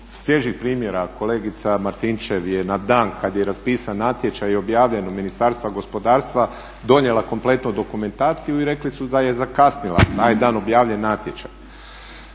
svježih primjera, kolegica Martinčev je na dan kad je raspisan natječaj i objavljen u Ministarstvu gospodarstva donijela kompletnu dokumentaciju i rekli su da je zakasnila, a taj je dan objavljen natječaj.